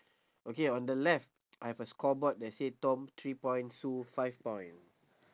okay on the left I have a scoreboard that say tom three point sue five point